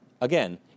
again